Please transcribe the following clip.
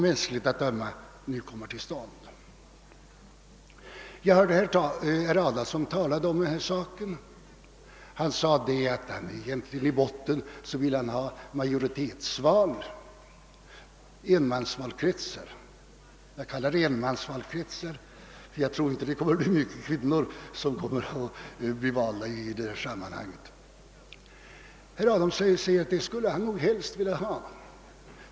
Jag hörde att herr Adamsson talade om denna fråga. Han sade att han egentligen i botten vill ha majoritetsval, d. v. s. enmansvalkretsar. Jag kallar det enmansvalkretsar, ty jag tror inte att många kvinnor kommer att bli valda i detta sammanhang. Herr Adamsson säger att han helst skulle vilja ha ett sådant system.